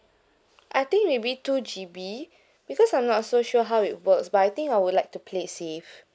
I think maybe two G_B because I'm not so sure how it works but I think I would like to play safe